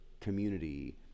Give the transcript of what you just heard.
community